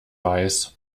weiß